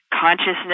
consciousness